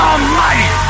Almighty